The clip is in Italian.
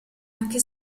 anche